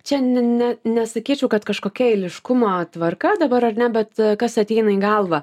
čia ne ne nesakyčiau kad kažkokia eiliškumo tvarka dabar ar ne bet kas ateina į galvą